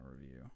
review